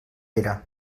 era